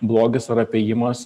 blogis ar apėjimas